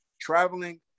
Traveling